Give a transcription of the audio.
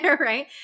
right